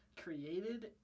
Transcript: created